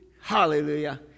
Hallelujah